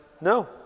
no